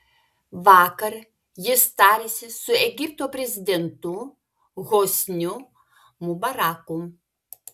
vakar jis tarėsi su egipto prezidentu hosniu mubaraku